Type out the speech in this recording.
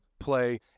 play